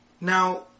Now